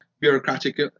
bureaucratic